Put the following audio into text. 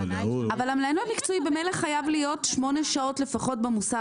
אבל המנהל המקצועי ממילא חייב להיות לפחות שמונה שעות במוסך.